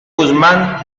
guzmán